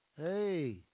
Hey